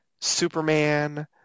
Superman